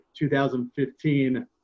2015